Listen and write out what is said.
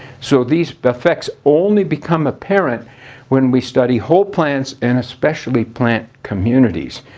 so these effects only become apparent when we study whole plants and especially plant communities.